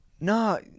no